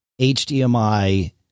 HDMI